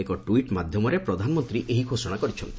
ଏକ ଟ୍ୱିଟ୍ ମାଧ୍ୟମରେ ପ୍ରଧାନମନ୍ତ୍ରୀ ଏହି ଘୋଷଣା କରିଛନ୍ତି